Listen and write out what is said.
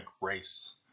Race